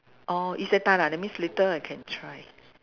orh Isetan ah that means later I can try